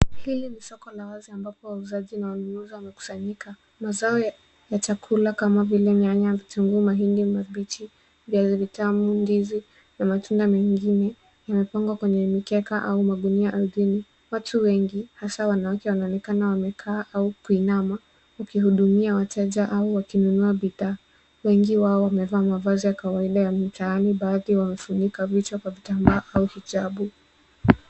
Hili ni soko la wazi ambapo wauzaji na wanunuzi wamekusanyika. Mazao ya chakula kama vile nyanya, vitunguu, mahindi mabichi, viazi vitamu, ndizi na matunda mengine imepangwa kwenye mikeka au magunia ardhini. Watu wengi, hasa wanawake wanaonekana wamekaa au kuinama, ukihudumia wateja au wakinunua bidhaa. Wengi wao wamevaa mavazi ya kawaida ya mitaani, baadhi wamefunika vichwa kwa vitambaa au hijabu.